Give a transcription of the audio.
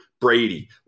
Brady